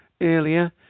earlier